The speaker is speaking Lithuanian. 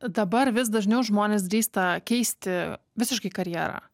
dabar vis dažniau žmonės drįsta keisti visiškai karjerą